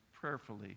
prayerfully